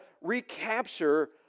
recapture